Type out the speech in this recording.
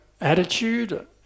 attitude